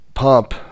pump